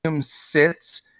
sits